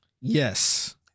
Yes